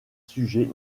sujet